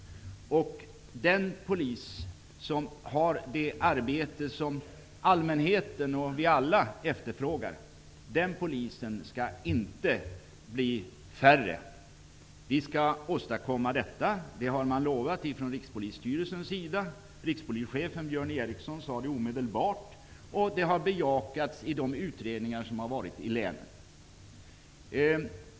De poliser som har det arbete som allmänheten -- vi alla -- efterfrågar, skall inte bli färre. Vi skall åstadkomma detta, det har man lovat från Eriksson sade det omedelbart. Det har bejakats i de utredningar som har gjorts i länen.